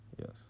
yes